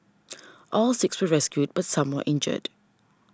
all six were rescued but some were injured